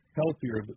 healthier